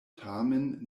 tamen